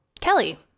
Kelly